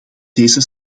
deze